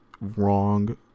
wrong